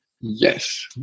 yes